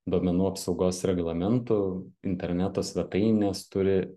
duomenų apsaugos reglamentu interneto svetainės turi